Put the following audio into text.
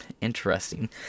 interesting